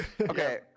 Okay